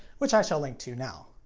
which i shall link to now.